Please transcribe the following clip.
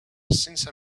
since